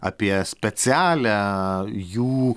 apie specialią jų